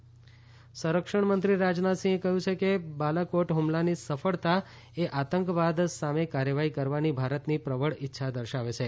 રાજનાથ બાલાકોટ સંરક્ષણમંત્રી રાજનાથસિંહે કહ્યું છે કે બાલાકોટ હુમલાની સફળતા એ આતંકવાદ સામે કાર્યવાહી કરવાની ભારતની પ્રબળ ઇચ્છા દર્શાવે છે